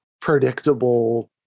predictable